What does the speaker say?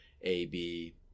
AB